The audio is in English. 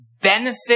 benefit